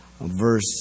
Verse